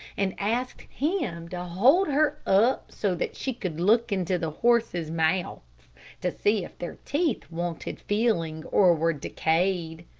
and asked him to hold her up, so that she could look into the horses' mouths to see if their teeth wanted filing or were decayed.